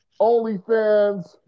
OnlyFans